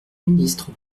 ministre